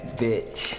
bitch